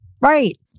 right